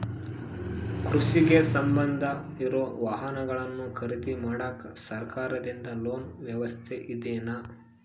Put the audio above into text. ಕೃಷಿಗೆ ಸಂಬಂಧ ಇರೊ ವಾಹನಗಳನ್ನು ಖರೇದಿ ಮಾಡಾಕ ಸರಕಾರದಿಂದ ಲೋನ್ ವ್ಯವಸ್ಥೆ ಇದೆನಾ?